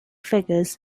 figures